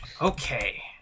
Okay